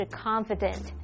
confident